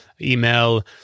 email